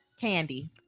Candy